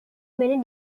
many